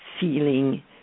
feeling